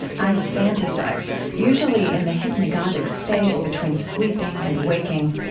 i fantasized, usually in the hypnagogic space between sleeping and waking,